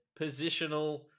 positional